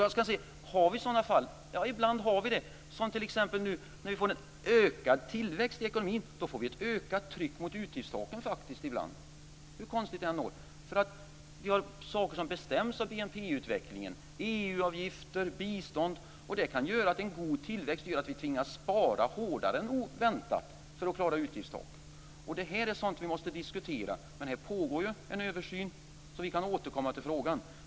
Har vi sådana fall? Ja, ibland har vi det. När vi nu t.ex. får en ökad tillväxt i ekonomin får vi ibland ett ökat tryck mot utgiftstaken, hur konstigt det än låter. Det är saker som bestäms av BNP-utvecklingen, EU avgifter och bistånd, som kan göra att en god tillväxt innebär att vi tvingas spara hårdare än väntat för att klara utgiftstaken. Det här är sådant vi måste diskutera. Här pågår en översyn, så vi kan återkomma till frågan.